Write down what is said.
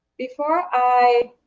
before i